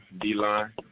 D-Line